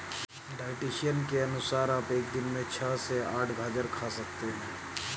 dietitian के अनुसार आप एक दिन में छह से आठ गाजर खा सकते हैं